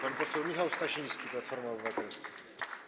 Pan poseł Michał Stasiński, Platforma Obywatelska.